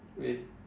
with